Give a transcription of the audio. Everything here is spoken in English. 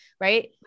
right